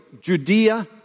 Judea